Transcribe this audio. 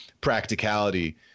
practicality